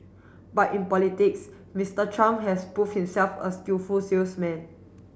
but in politics Mister Trump has proved himself a skillful salesman